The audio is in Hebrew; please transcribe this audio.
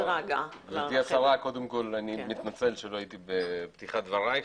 גברתי השרה, אני מתנצל שלא הייתי בפתיחת דבריך.